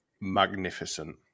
magnificent